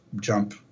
Jump